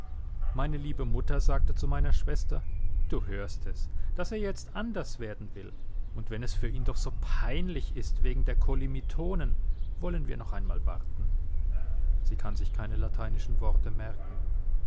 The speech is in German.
meine liebe mutter sagte zu meiner schwester du hörst es daß er jetzt anders werden will und wenn es für ihn doch so peinlich ist wegen der kolimitonen wollen wir noch einmal warten sie kann sich keine lateinischen worte merken